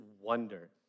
wonder